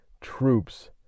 troops